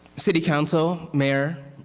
city council, mayor,